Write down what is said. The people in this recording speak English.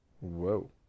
Whoa